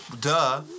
Duh